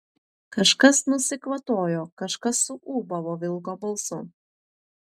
kažkas nusikvatojo kažkas suūbavo vilko balsu